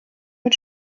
mit